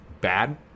bad